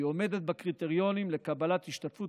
והיא עומדת בקריטריונים לקבלת השתתפות